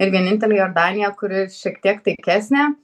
ir vienintelė jordanija kuris šiek tiek taikesnė